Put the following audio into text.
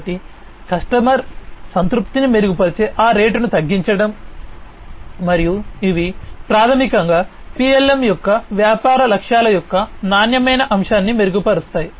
కాబట్టి కస్టమర్ సంతృప్తిని మెరుగుపరిచే ఆ రేటును తగ్గించడం మరియు ఇవి ప్రాథమికంగా PLM యొక్క వ్యాపార లక్ష్యాల యొక్క నాణ్యమైన అంశాన్ని మెరుగుపరుస్తాయి